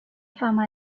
fama